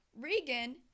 Regan